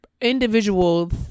individuals